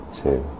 two